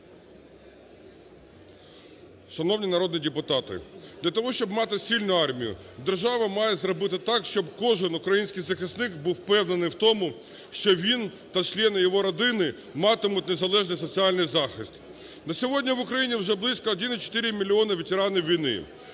Шановні народні депутати, для того, щоб мати сильну армію, держава має зробити так, щоб кожен український захисник був впевнений у тому, що він та члени його родини матимуть незалежний соціальний захист. На сьогодні в Україні вже близько 1,4 мільйона ветеранів війни.